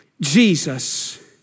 Jesus